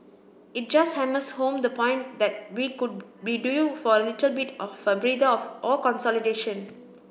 it just hammers home the point that we could be due for a little bit of a breather or consolidation